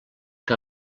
que